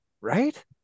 Right